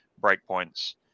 breakpoints